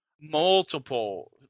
multiple